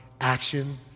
action